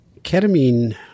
ketamine